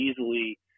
easily